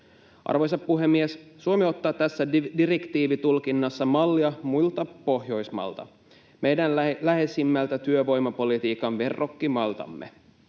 Arvoisa puhemies! Suomi ottaa tässä direktiivitulkinnassa mallia muista Pohjoismaista, meidän läheisimmiltä työvoimapolitiikan verrokkimailtamme.